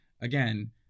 Again